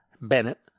Bennett